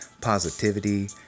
positivity